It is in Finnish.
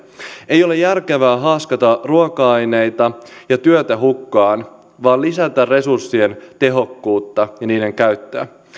ei ole järkevää haaskata ruoka aineita ja työtä hukkaan vaan lisätä resurssien tehokkuutta ja niiden käyttöä